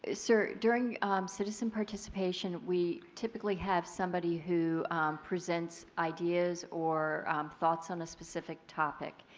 ah sir during citizen participation we typically have somebody who presents ideas or thoughts on a specific topic.